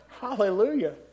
Hallelujah